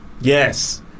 yes